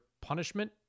punishment